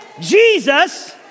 Jesus